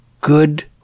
good